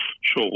Sure